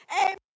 Amen